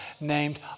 named